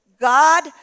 God